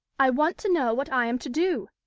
i want to know what i am to do.